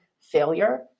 failure